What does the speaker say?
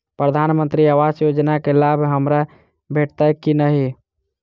प्रधानमंत्री आवास योजना केँ लाभ हमरा भेटतय की नहि?